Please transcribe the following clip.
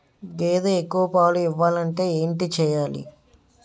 గేదె ఎక్కువ పాలు ఇవ్వాలంటే ఏంటి చెయాలి?